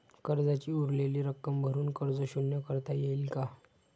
कर्जाची उरलेली रक्कम भरून कर्ज शून्य करता येईल का?